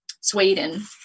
Sweden